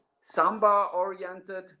samba-oriented